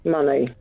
Money